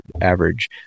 average